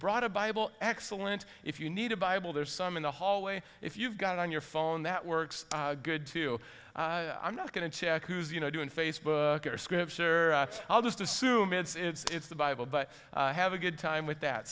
brought a bible excellent if you need a bible there's some in the hallway if you've got on your phone that works good too i'm not going to check who's you know doing facebook or scripture i'll just assume it's the bible but have a good time with that